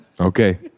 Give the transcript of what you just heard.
Okay